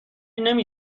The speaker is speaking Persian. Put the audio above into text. نمی